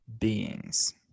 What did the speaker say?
beings